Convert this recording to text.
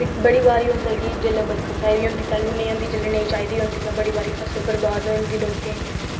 बड़ी बारी होंदा कि जिसलै बरखा तैलूं चाही दी होंदा तां तैलूं नेंई होंदी तां बड़ी बारी फसल बर्बाद होई जंदी लोकें दी